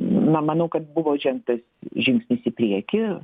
na manau kad buvo žengtas žingsnis į priekį